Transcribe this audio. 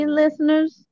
listeners